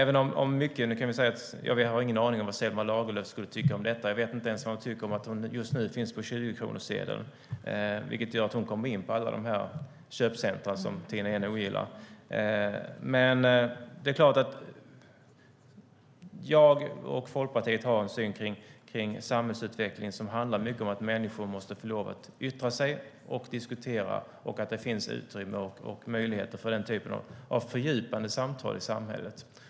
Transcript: Vi har ingen aning om vad Selma Lagerlöf skulle tycka om detta. Jag vet inte ens vad hon tycker om att hon just nu finns på 20-kronorssedeln, vilket gör att hon kommer in på alla dessa köpcentrum som Tina Ehn ogillar. Jag och Folkpartiet har en syn kring samhällsutveckling som handlar mycket om att människor måste få yttra sig och diskutera och att det ska finnas utrymme och möjligheter för den typen av fördjupande samtal i samhället.